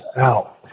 out